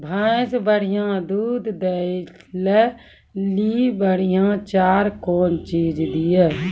भैंस बढ़िया दूध दऽ ले ली बढ़िया चार कौन चीज दिए?